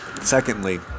Secondly